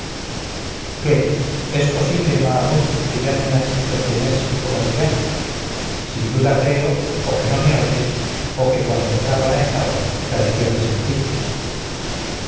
que es posible mahamut que ya no me has dicho quién es y cómo se llama sin duda creo o que no me oyes o que cuando en trápana estabas carecías de sentido